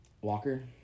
Walker